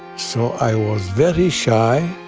so i was very shy,